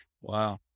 Wow